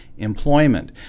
employment